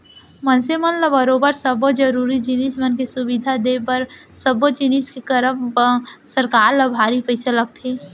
मनसे मन ल बरोबर सब्बो जरुरी जिनिस मन के सुबिधा देय बर सब्बो जिनिस के करब म सरकार ल भारी पइसा लगथे